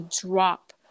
drop